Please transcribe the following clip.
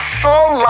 full